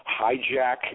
hijack